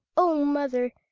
oh, mother,